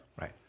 Right